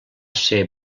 ser